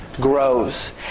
grows